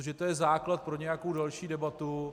Protože to je základ pro nějakou další debatu.